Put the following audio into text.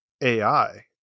AI